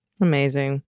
Amazing